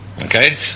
Okay